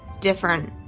different